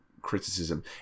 criticism